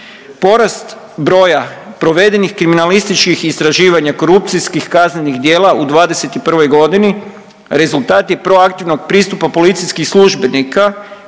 Porast broja provedenih kriminalističkih istraživanja korupcijskih kaznenih djela u 2021. godini rezultat je proaktivnog pristupa policijskih službenika